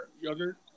yogurt